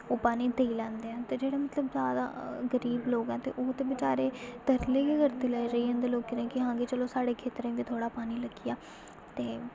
ओह् पानी देई लैंदे न ते जेह्ड़े मतलब जादा गरीब लोक ऐ ते ओह् ते बेचारे तरले गै करदे रेही जंदे लोकें दे कि आं चलो साढ़े खेत्तरें गी बी थोह्ड़ा पानी लग्गी जा ते